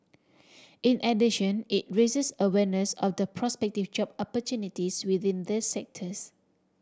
in addition it raises awareness of the prospective job opportunities within these sectors